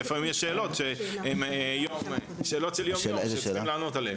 לפעמים יש שאלות של יום יום שהם צריכים לענות עליהן.